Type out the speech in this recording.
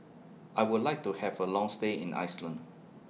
I Would like to Have A Long stay in Iceland